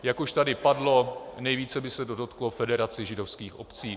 Jak už tady padlo, nejvíce by se to dotklo Federace židovských obcí.